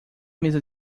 mesa